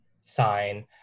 sign